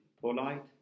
polite